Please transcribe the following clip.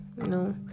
No